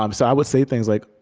um so i would say things like,